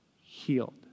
healed